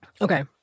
Okay